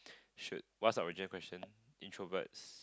shoot what's the original question introverts